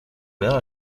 père